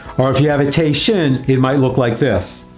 or if you have a tei shin it might look like this,